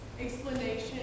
explanation